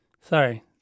sorry